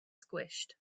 squished